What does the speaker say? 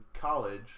college